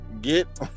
get